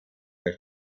mehr